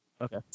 Okay